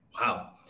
Wow